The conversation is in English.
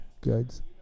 goods